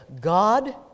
God